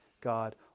God